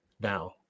now